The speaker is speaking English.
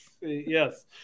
yes